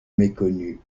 méconnu